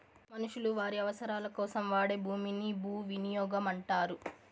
మనుషులు వారి అవసరాలకోసం వాడే భూమిని భూవినియోగం అంటారు